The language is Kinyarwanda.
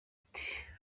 ati